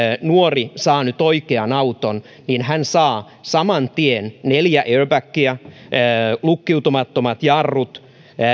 nuori saa nyt oikean auton niin hän saa saman tien neljä airbagia lukkiutumattomat jarrut